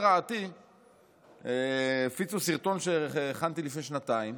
רעתי הפיצו סרטון שהכנתי לפני שנתיים,